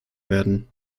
werden